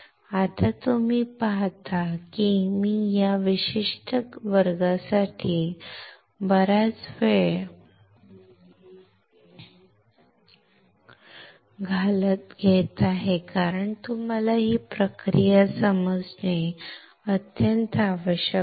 आता तुम्ही पहात आहात की मी या विशिष्ट वर्गासाठी बराच वेळ घेत आहे कारण तुम्हाला ही प्रक्रिया समजणे अत्यंत आवश्यक आहे